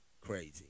crazy